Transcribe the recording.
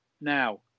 Now